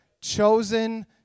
chosen